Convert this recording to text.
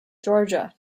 georgia